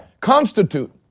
constitute